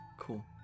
cool